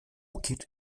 geht